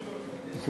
תודה רבה לך,